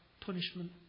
punishment